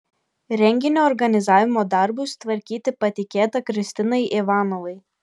renginio organizavimo darbus tvarkyti patikėta kristinai ivanovai